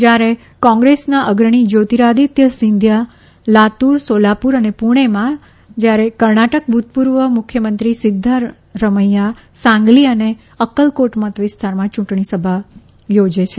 જયારે કોંગ્રેસના અગ્રણી જ્યોતીરાદિત્ય સિંધીયા લાતુર સોલાપુર અને પુણેમાં જયારે કર્ણાટક ભુતપુર્વ મુખ્યમંત્રી સિધ્ધ્ય રમૈયા સાંગલી અને અકકલકોટ મત વિસ્તારમાં યુંટણી સભા યોજશે